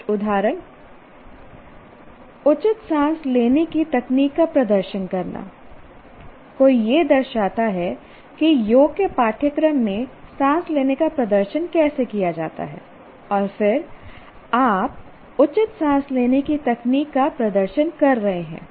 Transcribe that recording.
कुछ उदाहरण उचित साँस लेने की तकनीक का प्रदर्शन करना कोई यह दर्शाता है कि योग के पाठ्यक्रम में साँस लेने का प्रदर्शन कैसे किया जाता है और फिर आप उचित साँस लेने की तकनीक का प्रदर्शन कर रहे हैं